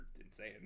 insane